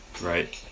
right